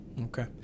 Okay